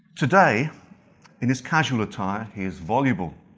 today in his casual attire he is voluble.